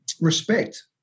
respect